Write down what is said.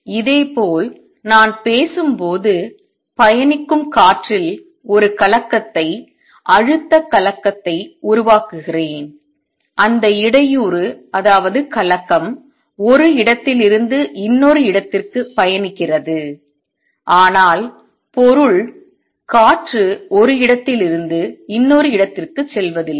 இதேபோல் நான் பேசும்போது பயணிக்கும் காற்றில் ஒரு கலக்கத்தை அழுத்தக் கலக்கத்தை உருவாக்குகிறேன் அந்த இடையூறு ஒரு இடத்திலிருந்து இன்னொரு இடத்திற்கு பயணிக்கிறது ஆனால் பொருள் காற்று ஒரு இடத்திலிருந்து இன்னொரு இடத்திற்குச் செல்வதில்லை